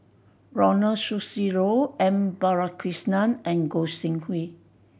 Ronald Susilo M Balakrishnan and Goi Seng Hui